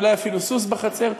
אולי אפילו סוס בחצר.